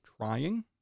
trying